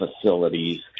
facilities